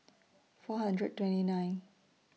four hundred twenty nine